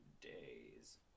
days